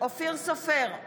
אופיר סופר,